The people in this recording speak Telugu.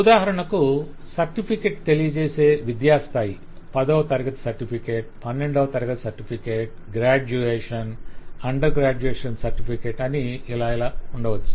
ఉదాహరణకు సర్టిఫికేట్ తెలియజేసే విధ్యా స్థాయి - 10వ తరగతి సర్టిఫికేట్ 12వ తరగతి certificate graduation under graduation certificate అని ఇలా కావచ్చు